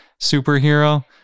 superhero